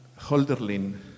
Holderlin